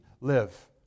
live